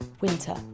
winter